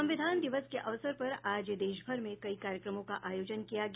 संविधान दिवस के अवसर पर आज देशभर में कई कार्यक्रमों का आयोजन किया गया